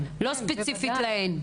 לא ספציפית להן?